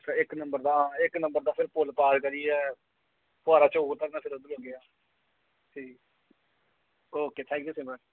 अच्छा इक नम्बर दा इक नम्बर दा फ्ही पुल पार करियै फोहारा चौक उतरना फ्ही अग्गै ठीक ओ के थैंक्यू सिमरन